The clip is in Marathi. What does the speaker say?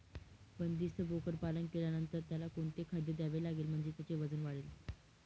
बंदिस्त बोकडपालन केल्यानंतर त्याला कोणते खाद्य द्यावे लागेल म्हणजे त्याचे वजन वाढेल?